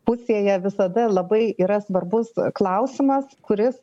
pusėje visada labai yra svarbus klausimas kuris